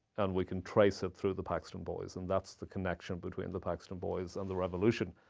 and we can trace it through the paxton boys. and that's the connection between the paxton boys and the revolution.